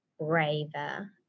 braver